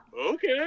Okay